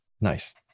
Nice